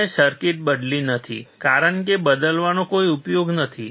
મેં સર્કિટ બદલી નથી કારણ કે બદલવાનો કોઈ ઉપયોગ નથી